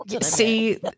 See